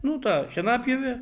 nu tą šienapjovę